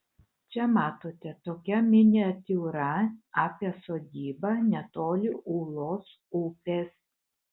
čia matote tokia miniatiūra apie sodybą netoli ūlos upės